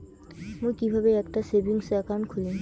মুই কিভাবে একটা সেভিংস অ্যাকাউন্ট খুলিম?